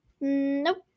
nope